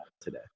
Today